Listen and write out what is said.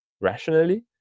rationally